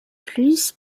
plus